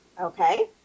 Okay